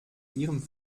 ihrem